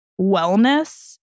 wellness